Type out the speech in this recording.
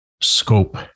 scope